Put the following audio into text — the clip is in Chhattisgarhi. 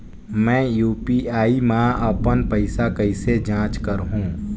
मैं यू.पी.आई मा अपन पइसा कइसे जांच करहु?